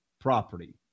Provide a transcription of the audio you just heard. property